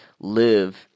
live